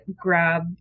grab